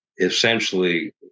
Essentially